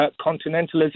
continentalism